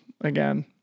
again